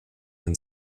and